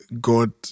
God